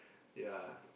ya